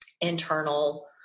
internal